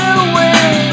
away